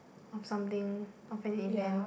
of something of an event